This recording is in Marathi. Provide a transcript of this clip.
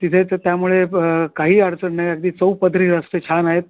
तिथे तर त्यामुळे काही अडचण नाही अगदी चौपदरी रस्ते छान आहेत